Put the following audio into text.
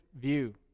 view